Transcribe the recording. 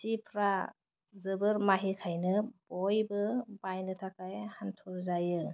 सिफ्रा जोबोर माहिखायनो बयबो बायनो थाखाय हांखुर जायो